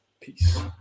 Peace